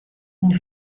une